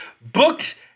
booked